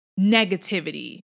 negativity